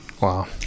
Wow